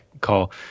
call